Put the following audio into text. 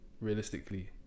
realistically